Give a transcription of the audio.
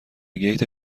گیت